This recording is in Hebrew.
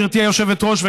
גברתי היושבת-ראש,